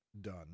done